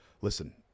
Listen